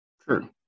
True